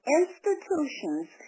institutions